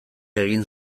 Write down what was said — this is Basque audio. egin